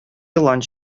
елан